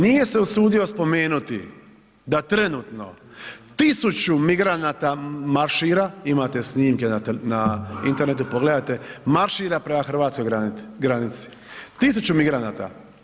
Nije se usudio spomenuti da trenutno tisuću migranata maršira, imate snimke na internetu, pogledajte, maršira prema hrvatskoj granici, tisuću migranata.